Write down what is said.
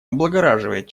облагораживает